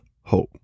hope